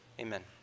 Amen